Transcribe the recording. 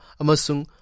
amasung